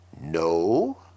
no